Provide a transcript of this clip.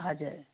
हजुर